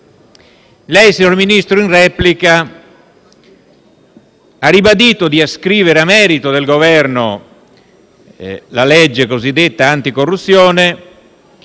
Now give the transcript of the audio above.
il Ministro in replica ha ribadito di ascrivere a merito del Governo la legge cosiddetta anticorruzione